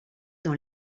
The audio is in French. dans